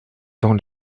dans